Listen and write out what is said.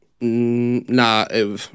Nah